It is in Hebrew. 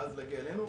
ואז להגיע אלינו.